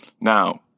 Now